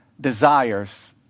desires